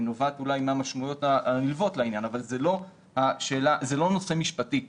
היא נובעת אולי מהמשמעויות הנלוות לעניין אבל זה לא נושא משפטי בעינינו.